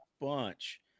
bunch